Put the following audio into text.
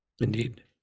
Indeed